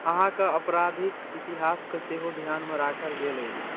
अहाँके अपराधिक इतिहासके सेहो ध्यानमे राखल गेल अछि